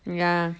ya